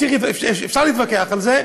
אפשר להתווכח על זה,